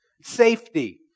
safety